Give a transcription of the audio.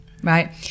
Right